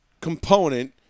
component